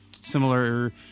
similar